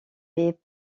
les